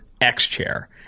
X-Chair